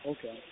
Okay